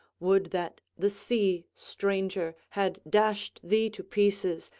would that the sea, stranger, had dashed thee to pieces,